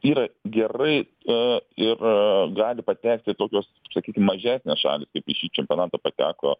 yra gerai aaa ir gali patekti tokios sakykim mažesnės šalys kaip į šį čempionatą pateko